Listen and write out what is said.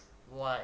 what